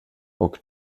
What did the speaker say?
och